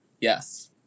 Yes